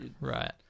right